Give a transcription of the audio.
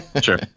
Sure